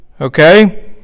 okay